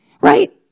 Right